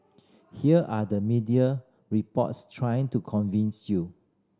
here are the media reports trying to convince you